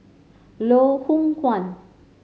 Loh Hoong Kwan